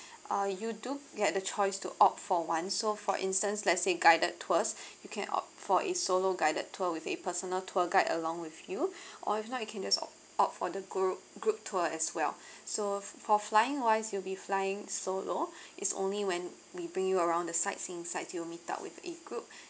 uh you do get the choice to opt for one so for instance let's say guided tours you can opt for a solo guided tour with a personal tour guide along with you or if not you can just op~ opt for the group group tour as well so for flying wise you'll be flying solo it's only when we bring you around the sightseeing sites you will meet up with a group